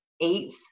eighth